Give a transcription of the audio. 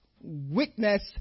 witness